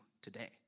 today